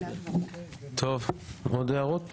עוד הערות?